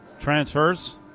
Transfers